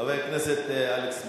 חבר הכנסת אלכס מילר.